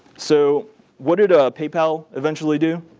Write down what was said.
so what did paypal eventually do?